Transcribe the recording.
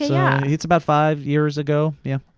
yeah it's about five years ago, yeah.